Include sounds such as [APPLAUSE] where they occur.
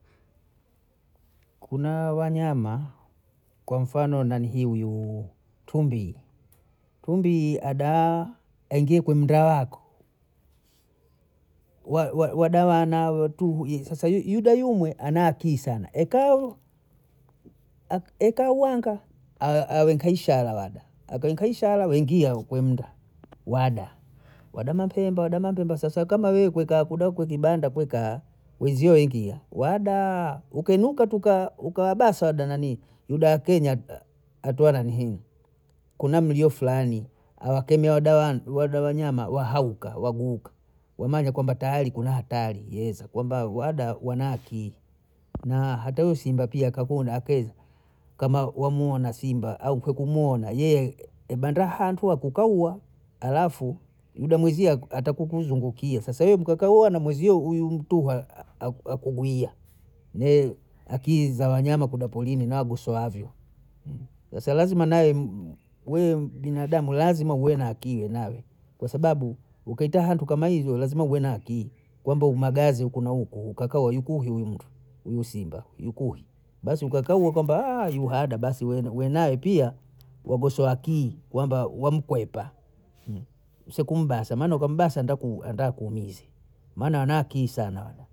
[HESITATION] kuna Wanyama mfano nanihii huyu tumbiyi, tumbiyi adaa aingie kwa nyumba yako, [HESITATION] wada wana wetuhu, sasa yuda yumwe ana akii sana ekahu, ekahu henga, [HESITATION] enka ishara wada, aka enka ishara wada ingia hunkwenda wada, wada mapemba wada mapemba sawasawa kama wewe kweka ukudahu kibanda kwekaya wezio wengia wadahaa, ukinyunka tu ka [HESITATION] ukawabasada nanii uda wakenyata hatoa nanihii kama mlio Fulani awakemea dawanu waada Wanyama wahauka waguka wamanya kwamba tayari kuna hatari yeza kwamba wada wana akili, na hata huyo simba pia kakua na akeza kama wamwona simba au kukimuona yeye [HESITATION] ebenda hantua kukauwa, alafu muda mwizie atakukuzungukia sasa webu kaka huyo na mwezie [HESITATION] huyu mtu [HESITATION] hakugwia, ne akili za Wanyama kuda polini nagosoavyo, sasa lazima nawe we [HESITATION] binadamu lazima uwe na akili uwe nayo kwa sababu ukitaa hantu kama hivyo lazima uwe na akili kwamba umagazi huku na huku ukakaya yuku huyu mntu huyu simba yuku hwi, basi ukakaa uwo Kwamba [HESITATION] yuhada basi [HESITATION] uwe naye pia wagosoa akili kwamba wamkwepa, usikumbasa maana ukambasa ndaku [HESITATION] ndaku umize maana ana akili sana wana